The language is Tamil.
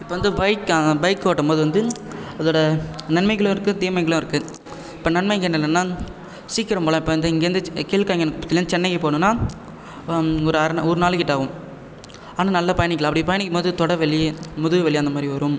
இப்போ வந்து பைக் பைக் ஓட்டும்போது வந்து அதோட நன்மைகளும் இருக்கு தீமைகளும் இருக்கு இப்போ நன்மைகள் என்னென்னனா சீக்கிரம் போகலாம் இப்போ இந்த இங்கேயிருந்து கீழ் காங்கேயத்துலேருந்து சென்னைக்கு போகணுன்னா ஒரு அரை நாள் ஒரு நாள்கிட்ட ஆகும் ஆனால் நல்லா பயணிக்கலாம் அப்படி பயணிக்கும் போது தொடை வலி முதுகு வலி அந்தமாதிரி வரும்